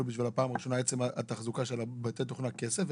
בשביל פעם ראשונה עצם התחזוקה של בתי התוכנה כסף.